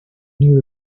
new